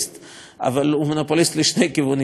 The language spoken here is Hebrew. אבל מונופוליסט לשני כיוונים: הוא מונופוליסט,